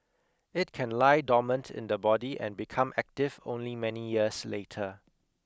it can lie dormant in the body and become active only many years later